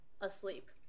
asleep